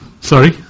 Sorry